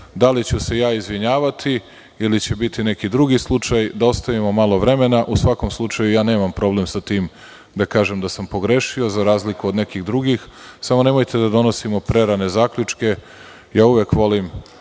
Da li ću se ja izvinjavati ili će biti neki drugi slučaj, da ostavimo malo vremena. U svakom slučaju, ja nemam problem sa tim da kažem da sam pogrešio, za razliku od nekih drugih, samo nemojte da donosimo prerane zaključke. Ja uvek volim